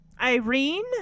Irene